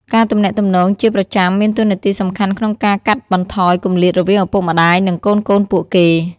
ការទំនាក់ទំនងជាប្រចាំមានតួនាទីសំខាន់ក្នុងការកាត់បន្ថយគម្លាតរវាងឪពុកម្ដាយ និងកូនៗពួកគេ។